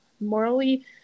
morally